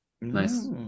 Nice